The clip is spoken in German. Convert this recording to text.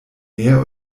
mehr